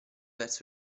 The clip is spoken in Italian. verso